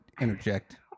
interject